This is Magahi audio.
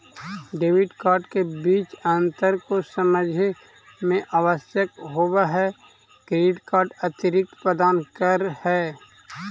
डेबिट कार्ड के बीच अंतर को समझे मे आवश्यक होव है क्रेडिट कार्ड अतिरिक्त प्रदान कर है?